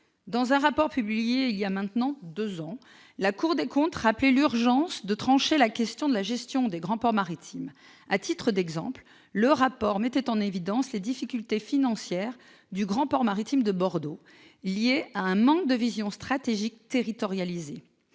Dans un rapport publié voilà maintenant deux ans, la Cour des comptes rappelait l'urgence de trancher la question de la gestion des grands ports maritimes. À titre d'exemple, le rapport mettait en évidence les difficultés financières du grand port maritime de Bordeaux, liées à un manque de vision stratégique territorialisée.